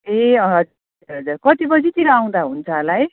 ए हजुर हजुर हजुर कति बजीतिर आउँदा हुन्छ होला है